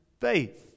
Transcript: faith